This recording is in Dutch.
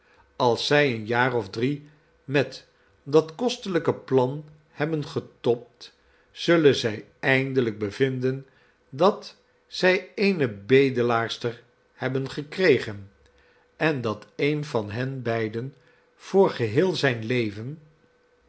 als zij een jaar of drie met dat kostelijke plan hebben getobd zullen zij eindelijk bevinden dat zij eene bedelaarster hebben gekregen en dat een van hen beiden voor geheel zijn leven